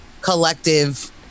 collective